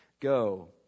Go